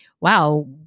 wow